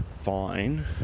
fine